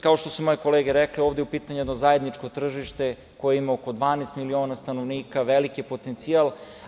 Kao što su moje kolege rekle, ovde je u pitanju jedno zajedničko tržište koje ima oko 12 miliona stanovnika, veliki potencijal.